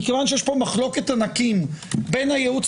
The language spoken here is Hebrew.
כיוון שיש פה מחלוקת ענקים בין הייעוץ